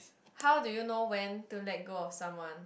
how do you know when to let go of someone